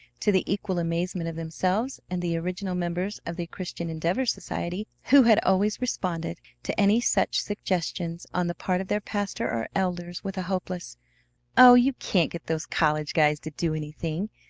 to the equal amazement of themselves and the original members of the christian endeavor society, who had always responded to any such suggestions on the part of their pastor or elders with a hopeless oh, you can't get those college guys to do anything!